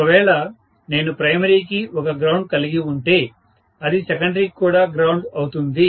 ఒకవేళ నేను ప్రైమరీకి ఒక గ్రౌండ్ కలిగి ఉంటే అది సెకండరీకి కూడా గ్రౌండ్ అవుతుంది